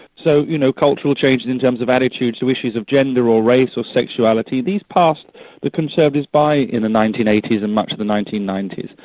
so, you know, cultural change and in terms of attitudes to issues of gender or race or sexuality, these passed the conservatives by in the nineteen eighty s and much of the nineteen ninety s.